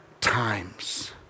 times